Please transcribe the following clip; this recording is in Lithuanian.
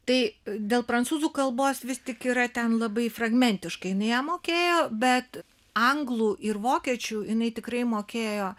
tai dėl prancūzų kalbos vis tik yra ten labai fragmentiškai jinai ją mokėjo bet anglų ir vokiečių jinai tikrai mokėjo